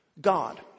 God